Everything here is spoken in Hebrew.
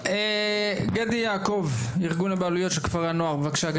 גדי יעקב מארגון הבעלויות של כפרי הנוער בבקשה.